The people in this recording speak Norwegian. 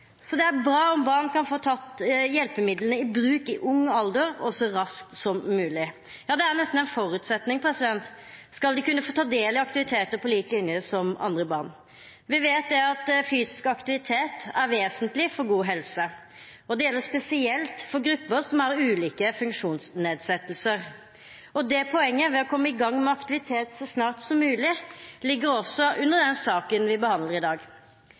Så det er bra om barn kan få tatt hjelpemidlene i bruk i ung alder og så raskt som mulig. Ja, det er nesten en forutsetning, skal de kunne få ta del i aktiviteter på lik linje med andre barn. Vi vet at fysisk aktivitet er vesentlig for god helse, og det gjelder spesielt for grupper som har ulike funksjonsnedsettelser. Dette poenget – å komme i gang med aktivitet så snart som mulig – ligger også under den saken vi behandler i dag.